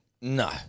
No